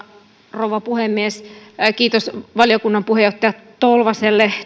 rouva puhemies kiitos valiokunnan puheenjohtaja tolvaselle